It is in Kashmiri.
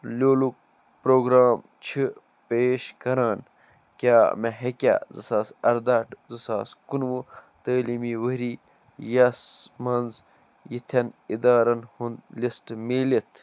لیٚولُک پرٛوگرٛام چھِ پیش کران کیٛاہ مےٚ ہیٚکیٛاہ زٕ ساس ارداہ ٹُو زٕ ساس کُنوُہ تٔعلیٖمی ؤرۍ یَس منٛز یِتھیٚن اِدارَن ہُنٛد لِسٹ میٖلِتھ